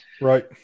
right